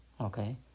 Okay